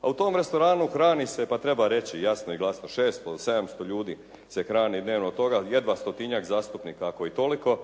Pa u tom restoranu hrani se pa treba reći jasno i glasno 600, 700 ljudi se hrani dnevno, od toga jedva 100-tinjak zastupnika ako i toliko.